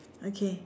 okay